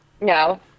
No